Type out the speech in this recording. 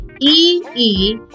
E-E